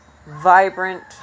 vibrant